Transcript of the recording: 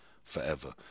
Forever